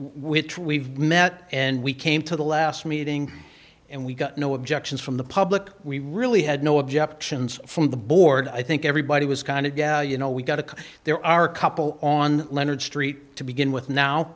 which we've met and we came to the last meeting and we got no objections from the public we really had no objections from the board i think everybody was kind of gal you know we got to there are a couple on leonard street to begin with now